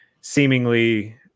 seemingly